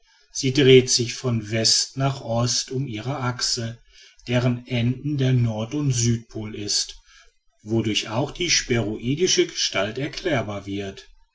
sie dreht sich von west nach ost um ihre axe deren ende der nord und südpol ist wodurch auch die sphäroidische gestalt erklärbar wird